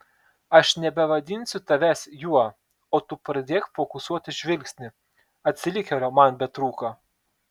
aš nebevadinsiu tavęs juo o tu pradėk fokusuoti žvilgsnį atsilikėlio man betrūko